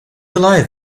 alive